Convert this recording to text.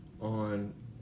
on